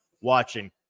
watching